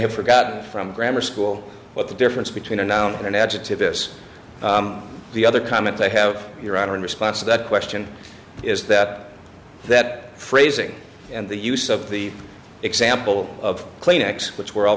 have forgotten from grammar school but the difference between a noun and an adjective this the other comment i have your honor in response to that question is that that phrasing and the use of the example of kleenex which we're all